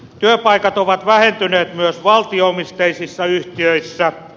työpaikat ovat vähentyneet myös valtio omisteisissa yhtiöissä